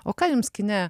o ką jums kine